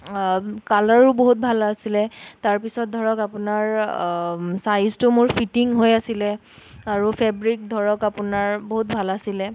কালাৰো বহুত ভাল আছিলে তাৰ পিছত ধৰক আপোনাৰ চাইজটো মোৰ ফিটিং হৈ আছিলে আৰু ফ্ৰেব্ৰিক ধৰক আপোনাৰ বহুত ভাল আছিলে